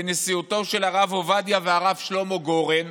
בנשיאותו של הרב עובדיה והרב שלמה גורן,